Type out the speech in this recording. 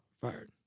fired